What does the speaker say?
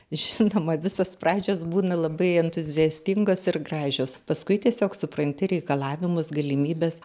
žinoma visos pradžios būna labai entuziastingos ir gražios paskui tiesiog supranti reikalavimus galimybes